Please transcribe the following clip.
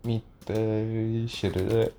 meter